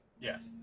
Yes